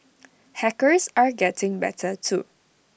hackers are getting better too